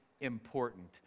important